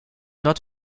not